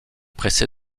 pressé